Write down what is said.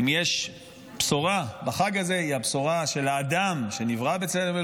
ואם יש בשורה בחג הזה היא הבשורה של האדם שנברא בצלם אלוהים,